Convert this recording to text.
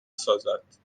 سازد